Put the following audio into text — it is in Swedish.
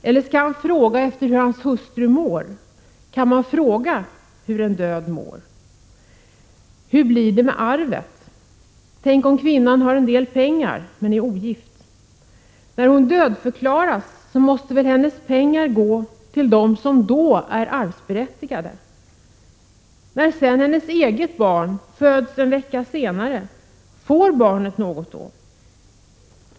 Eller skall han fråga efter hur hans hustru mår? Kan man fråga hur en död mår? Hur blir det med arvet? Tänk om kvinnan har en del pengar men är ogift. När hon dödförklaras måste väl hennes pengar gå till dem som då är arvsberättigade. När sedan hennes eget barn föds en vecka senare, får barnet något?